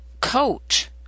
coach